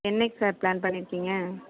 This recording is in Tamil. என்னைக்கு சார் ப்ளான் பண்ணிருக்கிங்க